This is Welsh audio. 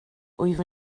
wyf